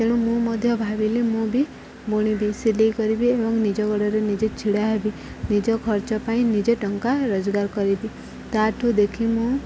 ତେଣୁ ମୁଁ ମଧ୍ୟ ଭାବିଲି ମୁଁ ବି ବୁଣି ବି ସିଲେଇ କରିବି ଏବଂ ନିଜ ଗୋଡ଼ରେ ନିଜେ ଛିଡ଼ା ହେବି ନିଜ ଖର୍ଚ୍ଚ ପାଇଁ ନିଜେ ଟଙ୍କା ରୋଜଗାର କରିବି ତା'ଠୁ ଦେଖି ମୁଁ